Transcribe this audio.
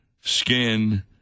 skin